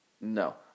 No